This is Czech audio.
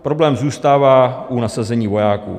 Problém zůstává u nasazení vojáků.